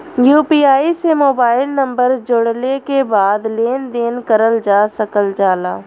UPI से mobile number जोड़ले के बाद लेन देन करल जा सकल जाला